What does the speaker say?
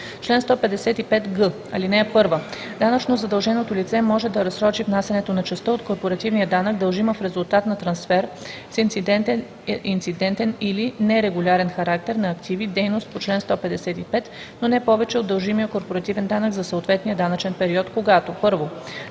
Чл. 155г. (1) Данъчно задълженото лице може да разсрочи внасянето на частта от корпоративния данък, дължима в резултат на трансфер с инцидентен или нерегулярен характер на активи/дейност по чл. 155, но не повече от дължимия корпоративен данък за съответния данъчен период, когато: